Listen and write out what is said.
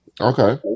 okay